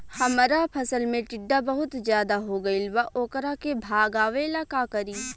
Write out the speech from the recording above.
हमरा फसल में टिड्डा बहुत ज्यादा हो गइल बा वोकरा के भागावेला का करी?